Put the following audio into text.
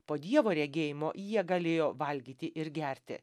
po dievo regėjimo jie galėjo valgyti ir gerti